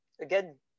again